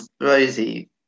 Rosie